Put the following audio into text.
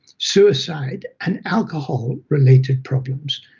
suicide, and alcohol-related problems.